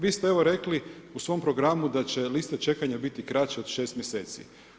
Vi ste evo rekli, u svom programu, da će liste čekanja biti kraće od 6 mj.